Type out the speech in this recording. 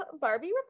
Barbie